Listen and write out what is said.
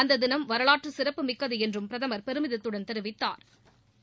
அந்த தினம் வரலாற்று சிறப்புமிக்கது என்றும் பிரதமர் பெருமிதத்துடன் தெரிவித்தாா்